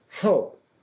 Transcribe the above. hope